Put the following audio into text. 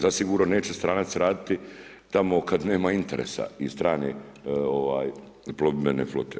Zasigurno neće stranac raditi tamo kad nema interesa i strane plovidbene flote.